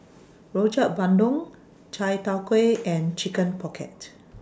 Rojak Bandung Chai Tow Kuay and Chicken Pocket